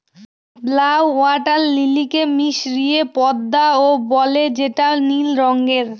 blue water লিলিকে মিসরীয় পদ্মাও বলে যেটা নীল রঙের